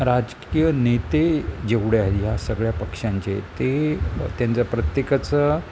राजकीय नेते जेवढे आहेत या सगळ्या पक्षांचे ते त्यांचं प्रत्येकाचं